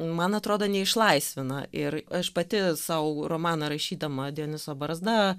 man atrodo neišlaisvina ir aš pati sau romaną rašydama dionizo barzda